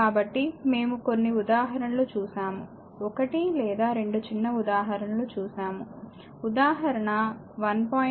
కాబట్టి మేము కొన్ని ఉదాహరణలు చూశాము ఒకటి లేదా రెండు చిన్న ఉదాహరణలు చూస్తాము ఉదాహరణ 1